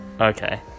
okay